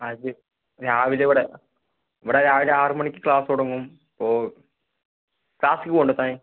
അത് രാവിലെ ഇവിടെ ഇവിടെ രാവിലെ ആറുമണിക്ക് ക്ലാസ്സ് തുടങ്ങും അപ്പോൾ ക്ലാസ്സിലേക്ക് പോകുന്നുണ്ടോ താൻ